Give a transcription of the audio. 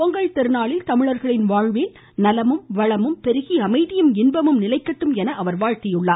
பொங்கல் திருநாளில் தமிழர்களின் வாழ்வில் நலமும் வளமும் பெருகி அமைதியும் இன்பமும் நிலைக்கட்டும் என அவர் வாழத்தியுள்ளார்